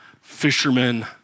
fishermen